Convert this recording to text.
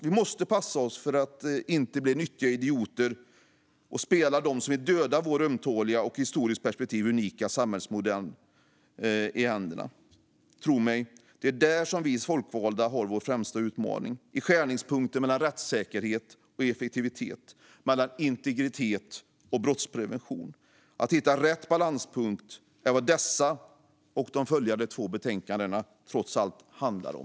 Vi måste passa oss för att bli nyttiga idioter som spelar dem som vill döda vår ömtåliga och i ett historiskt perspektiv unika samhällsmodell i händerna. Tro mig - det är där vi folkvalda har vår främsta utmaning: i skärningspunkten mellan rättssäkerhet och effektivitet, mellan integritet och brottsprevention. Att hitta rätt balanspunkt är trots allt vad dessa och de följande två betänkandena handlar om.